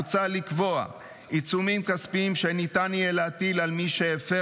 מוצע לקבוע עיצומים כספיים שניתן יהיה להטיל על מי שהפר